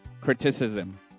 criticism